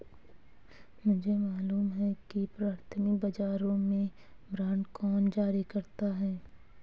मुझे मालूम है कि प्राथमिक बाजारों में बांड कौन जारी करता है